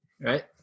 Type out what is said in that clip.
right